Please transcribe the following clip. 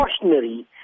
cautionary